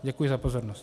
Děkuji za pozornost.